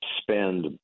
spend